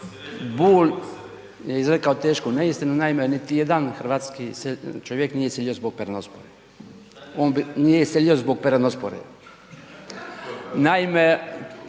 Bulj je izrekao tešku neistinu, naime niti jedan hrvatski čovjek nije iselio zbog peronospore. On nije iselio zbog peranospore. Naime,